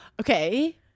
okay